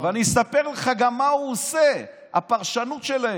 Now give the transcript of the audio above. ואני אספר לך גם מה הוא עושה, הפרשנות שלהם.